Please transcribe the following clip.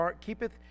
keepeth